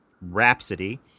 Rhapsody